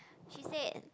she said